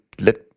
let